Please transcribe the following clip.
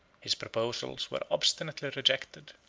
his proposals were obstinately rejected,